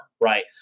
right